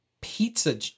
pizza